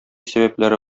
сәбәпләре